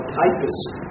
typist